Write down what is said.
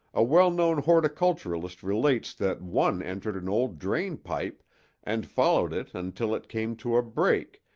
a well-known horticulturist relates that one entered an old drain pipe and followed it until it came to a break,